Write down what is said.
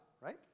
right